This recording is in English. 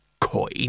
coin